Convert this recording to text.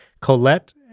Colette